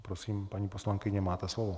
Prosím, paní poslankyně, máte slovo.